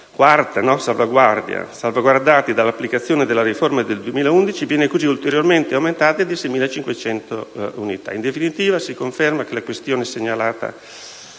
quarta salvaguardia - dall'applicazione della riforma del 2011 viene così ulteriormente incrementata di 6.500 unità. In definitiva, si conferma che la questione segnalata